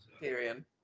Period